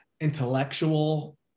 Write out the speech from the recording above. intellectual